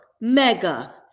mega